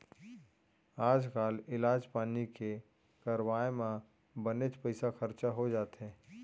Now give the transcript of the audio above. आजकाल इलाज पानी के करवाय म बनेच पइसा खरचा हो जाथे